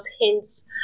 hints